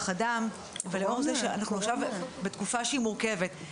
אדם ובעקבות זה שאנחנו עכשיו בתקופה מורכבת.